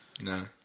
No